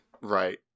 right